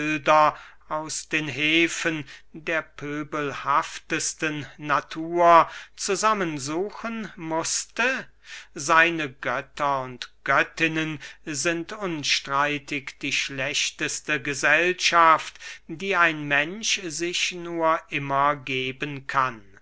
aus den hefen der pöbelhaftesten natur zusammen suchen mußte seine götter und göttinnen sind unstreitig die schlechteste gesellschaft die ein mensch sich nur immer geben kann